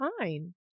fine